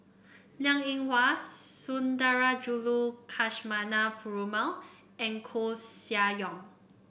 Liang Eng Hwa Sundarajulu Perumal and Koeh Sia Yong